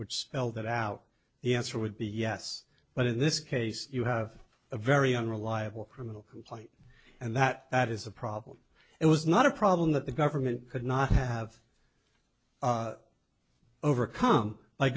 would spell that out the answer would be yes but in this case you have a very unreliable criminal complaint and that that is a problem it was not a problem that the government could not have overcome